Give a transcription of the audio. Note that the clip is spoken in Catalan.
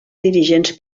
dirigents